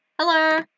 Hello